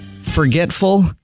forgetful